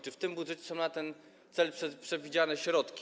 Czy w tym budżecie są na ten cel przewidziane środki?